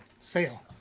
sale